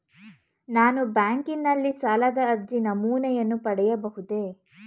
ನಾನು ಬ್ಯಾಂಕಿನಲ್ಲಿ ಸಾಲದ ಅರ್ಜಿ ನಮೂನೆಯನ್ನು ಪಡೆಯಬಹುದೇ?